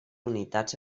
unitats